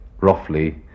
roughly